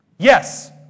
Yes